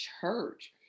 church